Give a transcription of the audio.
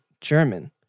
German